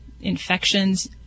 infections